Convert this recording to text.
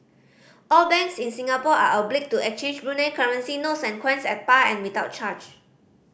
all banks in Singapore are obliged to exchange Brunei currency notes and coins at par and without charge